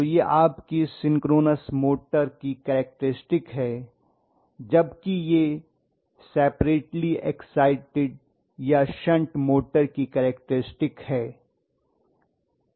तो यह आपकी सिंक्रोनस मोटर की कैरेक्टरिस्टिक हैं जबकि यह सेपरेटली एक्साइटेड या शंट मोटर की कैरेक्टरिस्टिक हैं